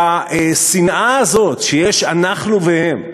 והשנאה הזאת, שיש אנחנו והם,